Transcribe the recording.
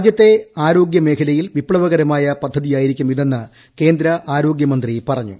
രാജ്യത്തെ ആരോഗ്യ മേഖലയിൽ വിപ്ലവകരമായ പദ്ധതിയായിരിക്കും ഇതെന്ന് കേന്ദ്ര ആരോഗ്യമന്ത്രി പറഞ്ഞു